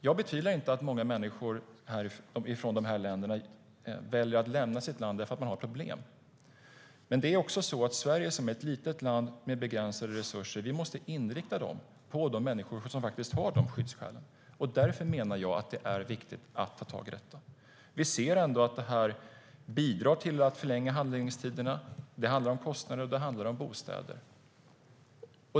Jag betvivlar inte att många människor från dessa länder väljer att lämna landet för att de har problem, men Sverige som ett litet land med begränsade resurser måste inrikta resurserna på de människor som faktiskt har skyddsskäl. Därför menar jag att det är viktigt att ta tag i detta. Vi ser att det bidrar till att förlänga handläggningstiderna. Det handlar om kostnader och det handlar om bostäder.